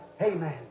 Amen